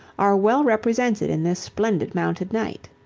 are well represented in this splendid mounted knight.